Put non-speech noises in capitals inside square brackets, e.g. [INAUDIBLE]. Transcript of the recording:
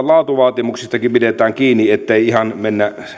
[UNINTELLIGIBLE] laatuvaatimuksistakin pidetään kiinni ettei ihan mennä